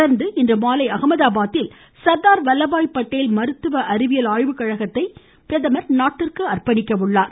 தொடர்ந்து இன்றுமாலை அகமதாபாத்தில் சர்தார் வல்லபாய் பட்டேல் மருத்துவ அறிவியல் ஆய்வு கழகத்தையும் நாட்டிற்கு அர்ப்பணிக்கிறார்